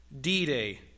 D-Day